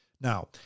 Now